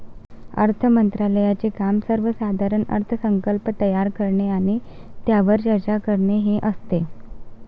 अर्थ मंत्रालयाचे काम सर्वसाधारण अर्थसंकल्प तयार करणे आणि त्यावर चर्चा करणे हे असते